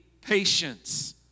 patience